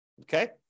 Okay